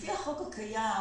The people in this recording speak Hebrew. לפי החוק הקיים,